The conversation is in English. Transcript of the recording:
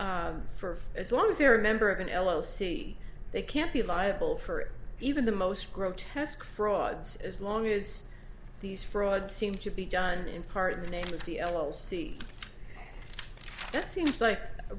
for as long as they're a member of an l l c they can't be liable for even the most grotesque frauds as long as these frauds seem to be done in part in the name of the l o l see that seems like a